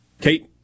Kate